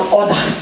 order